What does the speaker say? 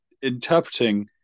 Interpreting